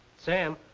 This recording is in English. sam,